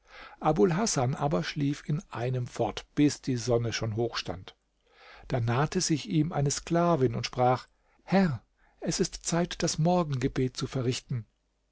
abul hasan aber schlief in einem fort bis die sonne schon hoch stand da nahte sich ihm eine sklavin und sprach herr es ist zeit das morgengebet zu verrichten